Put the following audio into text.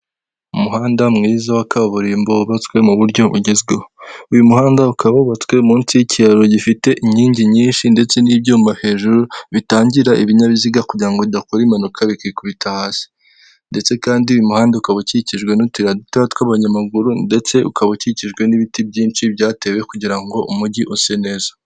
Umuhanda mwiza wa kaburimbo wubatswe mu buryo bugezweho. Uyu muhanda ukaba wubatswe munsi y'ikiraro gifite inkingi nyinshi ndetse n'ibyuma hejuru bitangira ibinyabiziga kugirango bidakora impanuka bikikubita hasi. Ndetse kandi uyu muhanda ukaba ukikijwe n'utuyira duto tw'abanyamaguru ndetse ukaba ukikijwe n'ibiti byinshi byatewe kugira ngo umugi use neza.